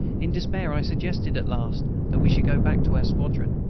in despair, i suggested at last that we should go back to our squadron,